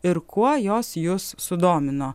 ir kuo jos jus sudomino